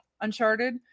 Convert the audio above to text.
uncharted